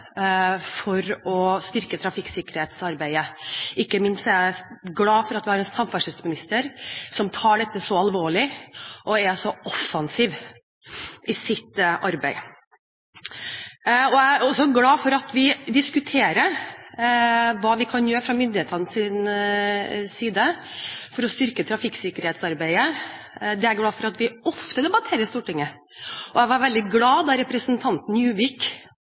for å styrke trafikksikkerhetsarbeidet. Jeg er ikke minst glad for at vi har en samferdselsminister som tar dette så alvorlig, og som er så offensiv i sitt arbeid. Jeg er også glad for at vi diskuterer hva vi kan gjøre fra myndighetenes side for å styrke trafikksikkerhetsarbeidet. Det er jeg glad for at vi ofte debatterer i Stortinget, og jeg var veldig glad da representanten Juvik